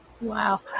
Wow